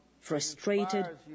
frustrated